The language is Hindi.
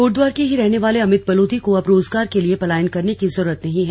कोटद्वार के ही रहने वाले अमित बलोधी को अब रोजगार के लिए पलायन करने की जरूरत नहीं है